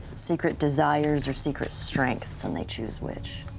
secret desires, or secret strengths, and they choose which.